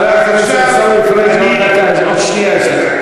חבר הכנסת עיסאווי פריג', עוד שנייה יש לך.